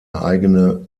eigene